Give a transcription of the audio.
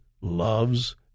loves